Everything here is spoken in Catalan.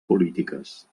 polítiques